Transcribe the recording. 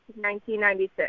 1996